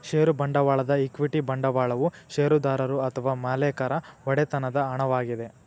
ಷೇರು ಬಂಡವಾಳದ ಈಕ್ವಿಟಿ ಬಂಡವಾಳವು ಷೇರುದಾರರು ಅಥವಾ ಮಾಲೇಕರ ಒಡೆತನದ ಹಣವಾಗಿದೆ